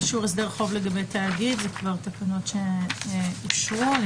אישור הסדר חוב לגבי תאגיד אלה תקנות שכבר אושרו.